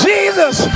Jesus